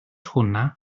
hwnna